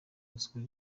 ruswa